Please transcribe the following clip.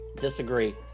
disagree